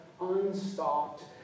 unstopped